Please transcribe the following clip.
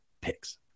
picks